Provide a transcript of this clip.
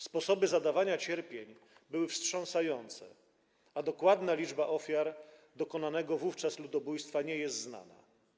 Sposoby zadawania cierpień były wstrząsające, a dokładna liczba ofiar dokonanego wówczas ludobójstwa nie jest znana.